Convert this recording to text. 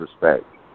respect